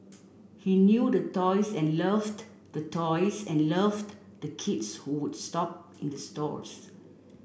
he knew the toys and loved the toys and loved the kids who would shop in the stores